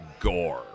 gore